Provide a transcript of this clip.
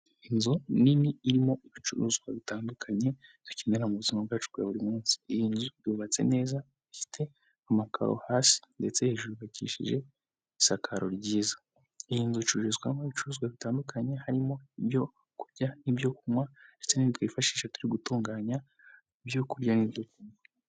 Inzu nini irimo ibicuruzwa bitandukanye, dukenera mu buzima bwacu bwa buri munsi, yubatse neza ifite amakaro hasi, ndetse hejuru yubakishije isakaro ryiza. Iyi nzu icururizwamo ibicuruzwa bitandukanye, harimo ibyo kurya n'ibyo kunywa ndetse n'ibindi twifashisha turimo gutunganya ibyokurya n'ibyo kunywa.